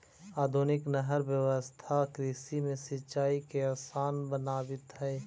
आधुनिक नहर व्यवस्था कृषि में सिंचाई के आसान बनावित हइ